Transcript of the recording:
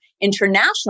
international